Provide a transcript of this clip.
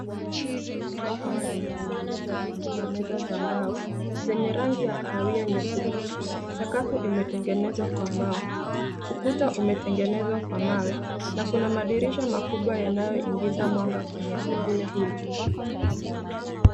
Sebule yenye seti za viti na meza za mbao zenye rangi ya kahawia nyekundu. Sakafu imetengenezwa kwa mbao. Ukuta umetengenezwa kwa mawe, na kuna madirisha makubwa yanayoingiza mwanga kwenye sebule hili.